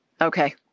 Okay